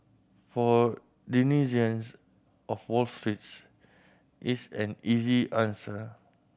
for denizens of Wall Streets it's an easy answer